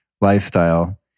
lifestyle